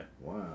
Wow